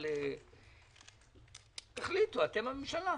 אתם הממשלה.